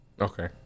Okay